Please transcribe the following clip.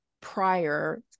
prior